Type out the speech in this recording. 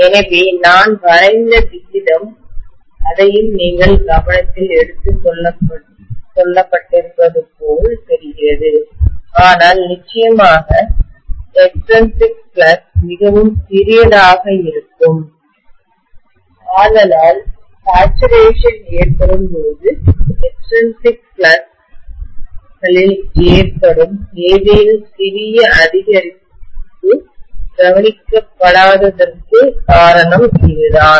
எனவே நான் வரைந்த விதம் அதையும் நீங்கள் கவனத்தில் எடுத்துக் கொள்ளப்பட்டிருப்பது போல் தெரிகிறது ஆனால் நிச்சயமாக வெளிப்புற பாய்வுஎக்ஸ்ட்ரீன்சிக் ஃப்ளக்ஸ் மிகவும் சிறியதாக இருக்கும் ஆதலால் தன்நிறைவு சேச்சுரேஷன் ஏற்படும் போது எக்ஸ்ட்ரீன்சிக் ஃப்ளக்ஸ் வெளிப்புற பாய்வுகளில் ஏற்படும் ஏதேனும் சிறிய அதிகரிப்பு கவனிக்கப்படாத தற்கு காரணம் இதுதான்